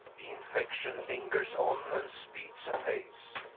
the infection lingers on and speeds apace,